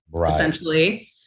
essentially